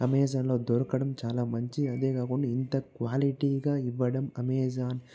Amazon లో దొరకడం చాలా మంచి అదే కాకుండా ఇంత క్వాలిటీ గా ఇవ్వడం అమెజాన్ కి